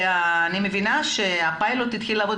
אני מבינה שהפיילוט התחיל לעבוד.